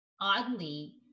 oddly